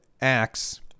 acts